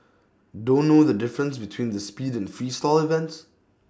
don't know the difference between the speed and Freestyle events